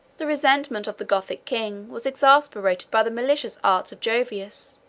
the resentment of the gothic king was exasperated by the malicious arts of jovius,